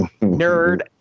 nerd